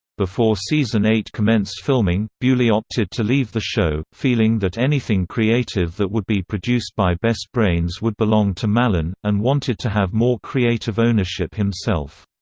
before season eight commenced filming, beaulieu opted to leave the show, feeling that anything creative that would be produced by best brains would belong to mallon, and wanted to have more creative ownership himself.